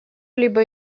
либо